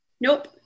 Nope